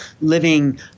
living